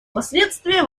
последствия